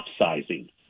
upsizing